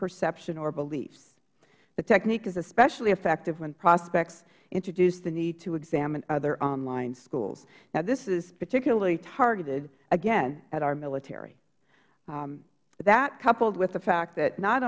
perception or a belief the technique is especially effective when prospects introduce the need to examine other online schools now this is particularly targeted again at our military that coupled with the fact that not